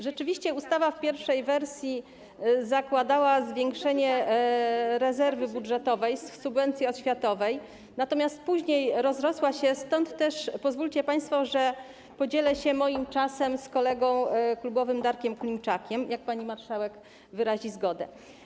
Rzeczywiście ustawa w pierwszej wersji zakładała zwiększenie rezerwy budżetowej z subwencji oświatowej, natomiast później rozrosła się, stąd też pozwólcie państwo, że podzielę się moim czasem z kolegą klubowym Darkiem Klimczakiem, jak pani marszałek wyrazi zgodę.